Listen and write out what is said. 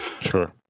sure